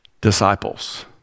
disciples